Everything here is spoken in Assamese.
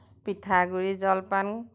পিঠাগুৰি জলপান